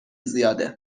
زیاده